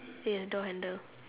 it has a door handle